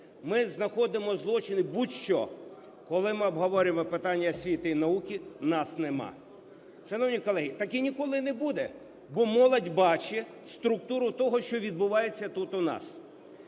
ми знаходимо злочини, будь-що; коли ми обговорюємо питання освіти і науки – нас нема. Шановні колеги, так і ніколи не буде, бо молодь бачить структуру того, що відбувається тут, у нас.